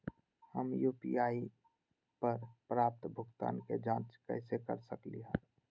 हम यू.पी.आई पर प्राप्त भुगतान के जाँच कैसे कर सकली ह?